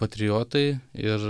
patriotai ir